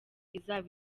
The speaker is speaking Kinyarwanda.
izaba